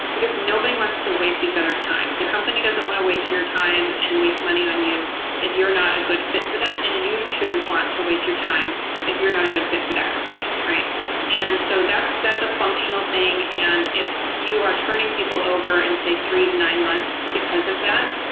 because nobody wants to waste each other s time. the company doesn't want to waste your time and waste money on you if you're not a good fit for that, and you shouldn't want to waste your time if you're not a good fit for that company. and so that's that's a functional thing, and if you are turning people over in say three to nine months because of that,